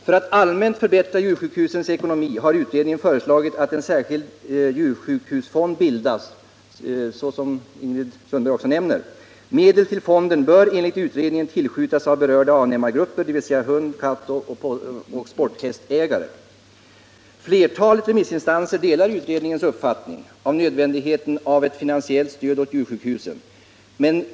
För att allmänt förbättra djursjukhusens ekonomi har utredningen föreslagit att en särskild djursjukhusfond bildas, såsom Ingrid Sundberg också nämner. Medel till fonden bör enligt utredningen tillskjutas av berörda avnämargrupper, dvs. hund-, kattoch sporthästägare. Flertalet remissinstanser delar utredningens uppfattning om nödvändigheten av ett finansiellt stöd åt djursjukhusen.